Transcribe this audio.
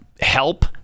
help